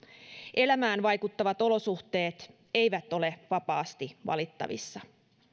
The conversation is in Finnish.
elämään vaikuttavat olosuhteet eivät ole vapaasti valittavissa